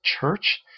church